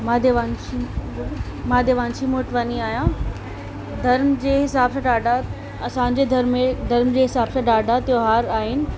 मां देवांशी मां देवांशी मोटवानी आहियां धर्म जे हिसाब सां ॾाढा असांजे धर्मजे धर्म जे हिसाब सां ॾाढा त्योहार आहिनि